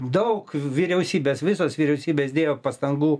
daug vyriausybės visos vyriausybės dėjo pastangų